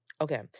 Okay